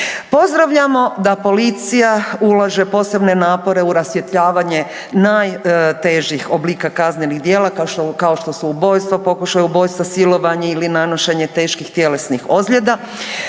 Pozdravljamo da policija ulaže posebne napore u rasvjetljavanje najtežih oblika kaznenih djela kao što su ubojstva, pokušaj ubojstva, silovanje ili nanošenje teških tjelesnih ozljeda.